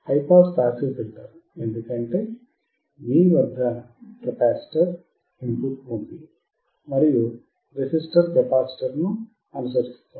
high pass passive filter ఎందుకంటే మీ capacitor వద్ద ఇన్ పుట్ ఉంది మరియు రెసిస్టర్ కెపాసిటర్ను అనుసరిస్తోంది